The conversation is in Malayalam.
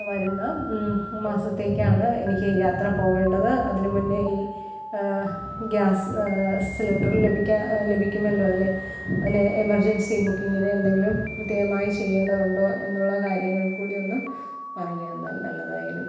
വരുന്ന മാസത്തേക്കാണ് എനിക്ക് യാത്ര പോകേണ്ടത് അതിന് മുന്നേ ഈ ഗ്യാസ് സിലിണ്ടർ ലഭിക്കാൻ ലഭിക്കുമല്ലോ അല്ലെ അതിന് എമർജൻസി ബുക്കിങ്ങിന് എന്തെങ്കിലും പ്രത്യേകമായി ചെയ്യേണ്ടതുണ്ടോ എന്നുള്ള കാര്യങ്ങൾക്ക് കൂടിയൊന്ന് പറഞ്ഞുതന്നാൽ നല്ലതായിരുന്നു